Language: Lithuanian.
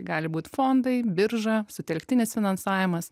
gali būt fondai birža sutelktinis finansavimas